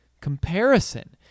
comparison